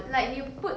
like you put